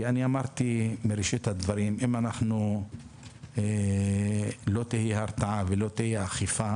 אמרתי בראשית הדברים שאם לא תהיה הרתעה ולא תהיה אכיפה